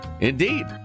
indeed